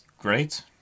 great